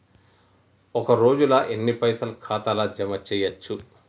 ఒక రోజుల ఎన్ని పైసల్ ఖాతా ల జమ చేయచ్చు?